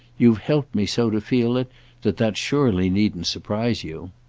you've helped me so to feel it that that surely needn't surprise you.